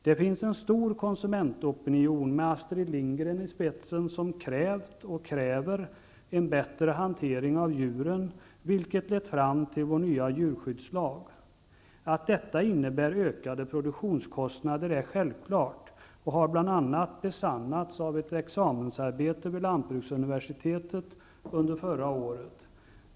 Det finns en stor konsumentopinion, med Astrid Lindgren i spetsen, som krävt och kräver en bättre hantering av djuren, vilket lett fram till vår nya djurskyddslag. Att detta innebär ökade produktionskostnader är självklart och har bl.a. besannats av ett examensarbete vid lantbruksuniversitet förra året.